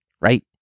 right